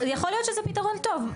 יכול להיות שזה פתרון טוב.